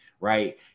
right